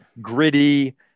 gritty